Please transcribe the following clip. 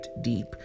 deep